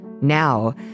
Now